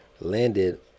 Landed